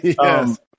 Yes